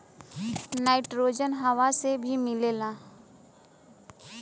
nitrogen हवा से भी मिलेला